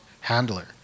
handler